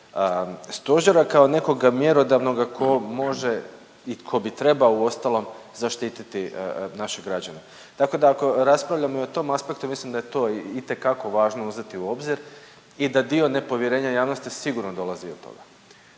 Stožera kao nekoga mjerodavnoga tko može i tko bi trebao uostalom zaštiti naše građane. Tako da ako raspravljamo i o tom aspektu, mislim da je to itekako važno uzeti u obzir i da dio nepovjerenja javnosti sigurnosti dolazi od toga.